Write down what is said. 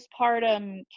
postpartum